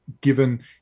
given